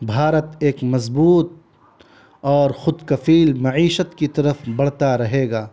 بھارت ایک مضبوط اور خود کفیل معیشت کی طرف بڑھتا رہے گا